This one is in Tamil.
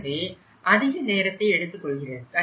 எனவே அதிக நேரத்தை எடுத்துக்கொள்கிறது